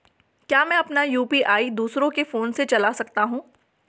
क्या मैं अपना यु.पी.आई दूसरे के फोन से चला सकता हूँ?